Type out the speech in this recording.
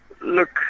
Look